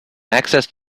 access